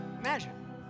Imagine